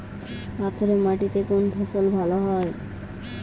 পাথরে মাটিতে কোন ফসল ভালো হয়?